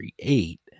create